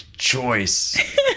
choice